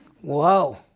Whoa